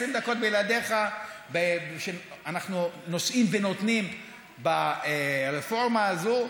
20 דקות בלעדיך שאנחנו נושאים ונותנים ברפורמה הזו,